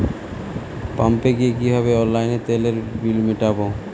পাম্পে গিয়ে কিভাবে অনলাইনে তেলের বিল মিটাব?